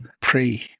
pray